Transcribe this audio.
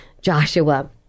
Joshua